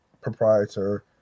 proprietor